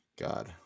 God